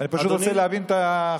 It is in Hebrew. אני פשוט רוצה להבין את החוק.